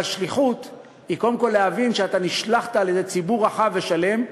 אבל שליחות היא קודם כול להבין שאתה נשלחת על-ידי ציבור רחב ושלם.